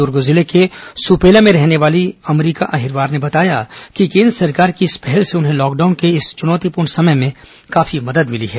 दुर्ग जिले के सुपेला में रहने वाली अमरिका अहिरवार ने बताया कि केन्द्र सरकार की इस पहल से उन्हें लॉकडाउन के इस चुनौतीपूर्ण समय में काफी मदद मिली है